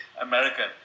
American